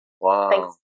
Wow